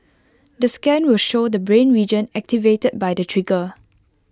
the scan will show the brain region activated by the trigger